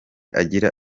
agira